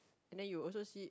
and then you will also see